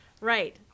Right